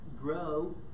grow